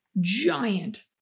giant